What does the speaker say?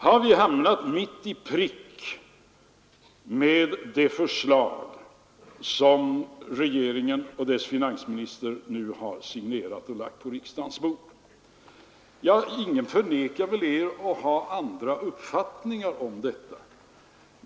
Har vi hamnat mitt i prick med det förslag som regeringen och dess finansminister nu har signerat och lagt på riksdagens bord? Ja, ingen nekar väl er att ha andra uppfattningar om detta.